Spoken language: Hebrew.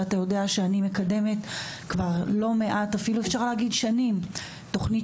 ואתה יודע שאני מקדמת כבר שנים תוכנית